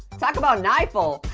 talk about an eyeful.